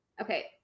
okay